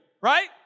Right